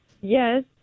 Yes